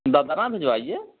बदरा भिजवाइए